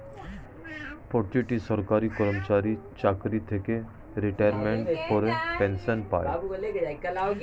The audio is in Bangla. প্রতিটি সরকারি কর্মচারী চাকরি থেকে রিটায়ারমেন্টের পর পেনশন পায়